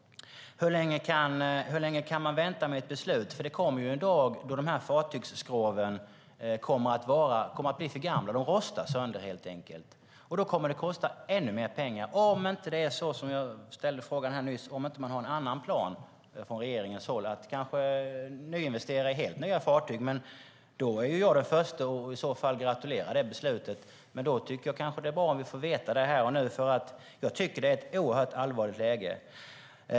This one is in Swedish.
Hur länge kan man vänta med ett beslut? Det kommer en dag när fartygsskroven kommer att bli för gamla. De rostar sönder helt enkelt. Det kommer då att kosta ännu mer pengar om det inte är så att man har en annan plan från regeringens håll, som jag nyss ställde en fråga om. Det kanske är att nyinvestera i hela nya fartyg. Jag är i så fall den förste att gratulera till det beslutet. Men det vore bra om vi får veta det här och nu. Det är ett oerhört allvarligt läge.